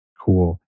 cool